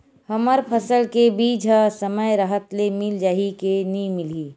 हमर फसल के बीज ह समय राहत ले मिल जाही के नी मिलही?